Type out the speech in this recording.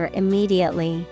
immediately